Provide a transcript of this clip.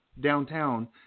downtown